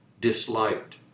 disliked